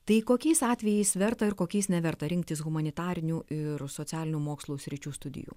tai kokiais atvejais verta ir kokiais neverta rinktis humanitarinių ir socialinių mokslų sričių studijų